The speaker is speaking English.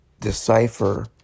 decipher